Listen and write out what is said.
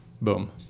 Boom